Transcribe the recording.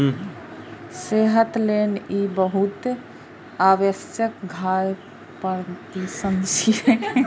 सेहत लेल ई बहुत उपयोगी खाद्य पदार्थ छियै